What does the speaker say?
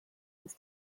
his